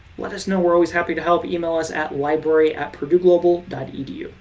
let us know, we're always happy to help. email us at library at purdueglobal dot edu